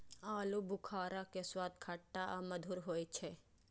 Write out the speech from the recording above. आलू बुखारा के स्वाद खट्टा आ मधुर होइ छै